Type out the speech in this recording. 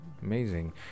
Amazing